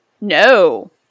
no